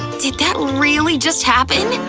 did that really just happen!